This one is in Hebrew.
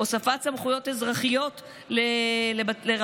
הוספת סמכויות אזרחיות לרבנים,